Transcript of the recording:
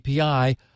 API